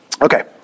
Okay